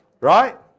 right